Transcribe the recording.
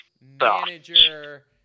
manager